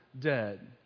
dead